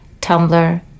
Tumblr